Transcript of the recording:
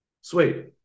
Sweet